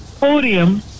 podium